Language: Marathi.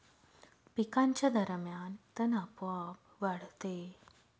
पिकांच्या दरम्यान तण आपोआप वाढते